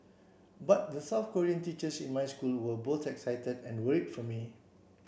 but the South Korean teachers in my school were both excited and worried for me